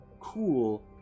cool